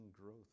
growth